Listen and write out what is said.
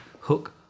hook